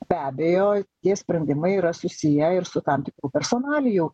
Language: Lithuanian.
be abejo tie sprendimai yra susiję ir su tam tikrų personalijų